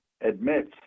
admits